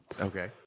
Okay